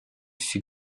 fut